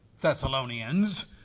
Thessalonians